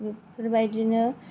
बेफोरबायदिनो